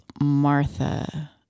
Martha